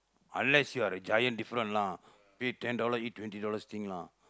unless you're a giant different lah pay ten dollars eat twenty dollars thing lah